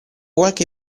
qualche